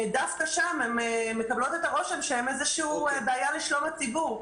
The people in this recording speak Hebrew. דווקא שם הן מקבלות את הרושם שהן איזו בעיה לשלום הציבור.